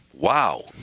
Wow